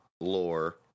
lore